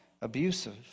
abusive